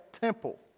temple